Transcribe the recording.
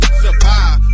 survive